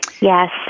Yes